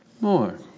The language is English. more